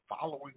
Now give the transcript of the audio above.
following